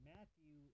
Matthew